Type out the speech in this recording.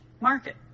market